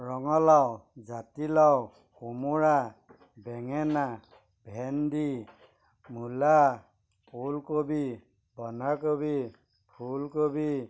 ৰঙালাও জাতিলাও কোমোৰা বেঙেনা ভেন্দি মূলা ওলকবি বন্ধাকবি ফুলকবি